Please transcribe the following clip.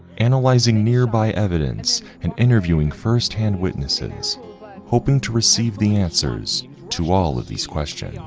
analyzing nearby evidence and interviewing firsthand witnesses hoping to receive the answers to all of these questions. ah